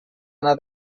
anar